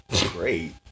great